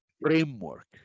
framework